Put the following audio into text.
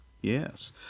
yes